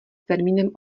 termínem